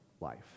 life